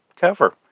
cover